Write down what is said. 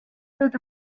through